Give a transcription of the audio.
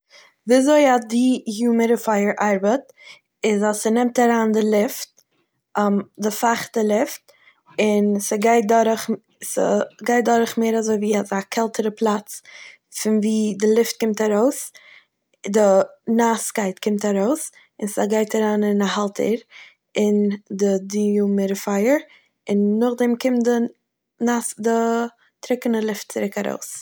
ווי אזוי א דיומידעפייער ארבעט איז אז ס'נעמט אריין די לופט די פייכטע לופט און ס'גייט דורך- ס'גייט דורך מער אזוי ווי אזא קעלטערע פלאץ פון ווי די לופט קומט ארויס- די נאסקייט קומט ארויס און ס'גייט אריין אין א האלטער און די דיומידעפייער און נאכדעם קומט די נאס- די טרוקענע לופט צוריק ארויס.